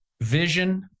vision